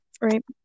right